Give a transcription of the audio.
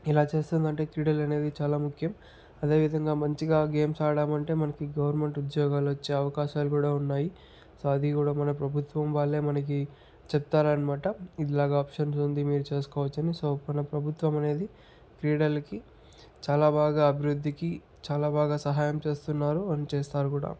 ఇలా చేస్తుంది అంటే క్రీడలు అనేవి చాలా ముఖ్యం అదే విధంగా మంచిగా గేమ్స్ ఆడామంటే మనకి గవర్నమెంట్ ఉద్యోగాలు వచ్చే అవకాశాలు కూడా ఉన్నాయి అది కూడా మన ప్రభుత్వం వాళ్ళే మనకి చెప్తారు అనమాట ఇట్లాగ ఆప్షన్ ఉంది మీరు చేసుకోవచ్చని సో మన ప్రభుత్వం అనేది క్రీడలకి చాలా బాగా అభివృద్ధికి చాలా బాగా సహాయం చేస్తున్నారు అండ్ చేస్తారు కూడా